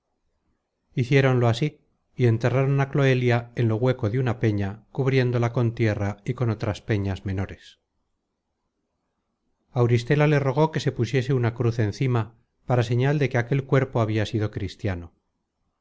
historia hiciéronlo así y enterraron á cloelia en lo hueco de una peña cubriéndola con tierra y con otras peñas menores auristela le rogó que le pusiese una cruz encima para señal de que aquel cuerpo habia sido cristiano